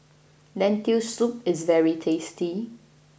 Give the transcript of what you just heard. Lentil Soup is very tasty